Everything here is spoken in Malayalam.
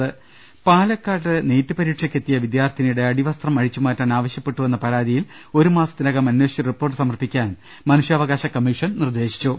രുവ്പ്പെടു പാലക്കാട് നീറ്റ് പരീക്ഷയ്ക്കെത്തിയ വിദ്യാർത്ഥിനിയുടെ അടിവസ്ത്രം അഴിച്ചുമാറ്റാൻ ആവശ്യപ്പെട്ടുവെന്ന പരാതിയിൽ ഒരുമാസത്തിനകം അന്വേ ഷിച്ച് റിപ്പോർട്ട് സമർപ്പിക്കാൻ മനുഷ്യാവകാശ കമ്മീഷ്യൻ നിർദ്ദേശിച്ചു